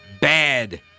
bad